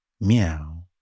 meow